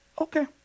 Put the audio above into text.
Okay